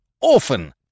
orphan